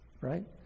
Right